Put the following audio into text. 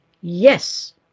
Yes